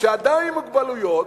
שאדם עם מוגבלות,